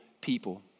people